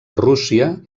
rússia